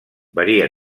varia